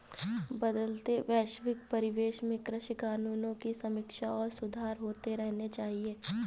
बदलते वैश्विक परिवेश में कृषि कानूनों की समीक्षा और सुधार होते रहने चाहिए